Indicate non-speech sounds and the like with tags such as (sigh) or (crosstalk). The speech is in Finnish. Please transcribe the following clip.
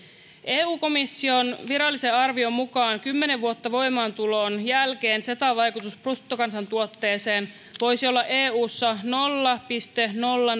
eu komission virallisen arvion mukaan kymmenen vuotta voimaantulon jälkeen cetan vaikutus bruttokansantuotteeseen voisi olla eussa nolla pilkku nolla (unintelligible)